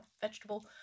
vegetable